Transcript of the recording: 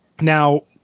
Now